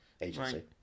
agency